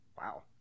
Wow